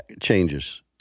changes